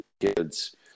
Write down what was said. kids